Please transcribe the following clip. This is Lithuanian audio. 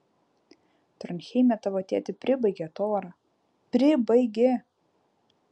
tronheime tavo tėtį pribaigė tora pribaigė